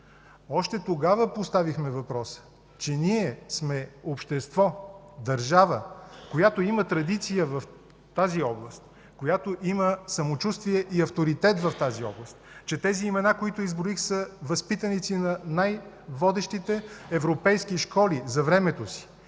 Още тогава поставихме въпроса, че ние сме общество, държава, която има традиция в тази област, която има самочувствие и авторитет в тази област, че тези имена, които изброих, са възпитаници на най-водещите европейски школи за времето си